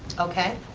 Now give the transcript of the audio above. okay,